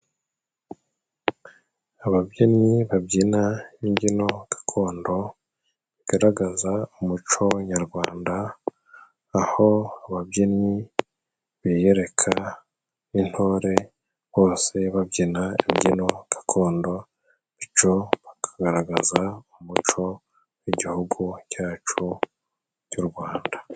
Ababyinnyi babyina imbyino gakondo, bigaragaza umuco nyarwanda aho ababyinnyi biyereka n'intore bose babyina imbyino gakondo bityo bakagaragaza umuco w'igihugu cyacu cy'u Rwanda.